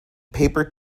paper